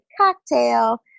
cocktail